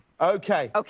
Okay